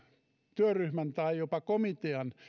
työryhmän tai jopa komitean